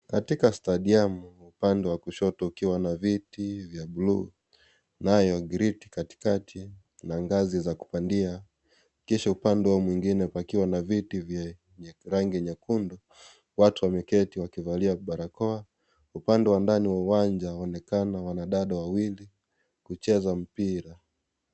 Katika stadiumu upande wa kushoto ukiwa na viti vya blue , nayo 'gridi' katikati na ngazi za kupandia, kisha upande huo mwingine pakiwa na viti vya rangi nyekundu, watu wameketii wakivalia barakoa. Upande wa ndani wa uwanja waonekana wanadada wawili wakicheza mpira.